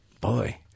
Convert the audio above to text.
Boy